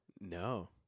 No